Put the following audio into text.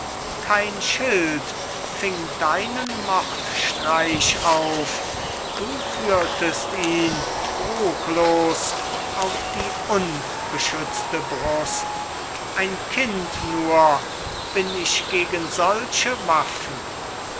kein schild fing deinen mordstreich auf du führtest ihn ruchlos auf die unbeschützte brust ein kind nur bin ich gegen solche waffen